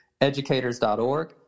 educators.org